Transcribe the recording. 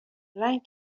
رنگ